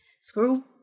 Screw